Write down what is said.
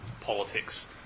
politics